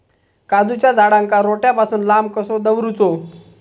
काजूच्या झाडांका रोट्या पासून लांब कसो दवरूचो?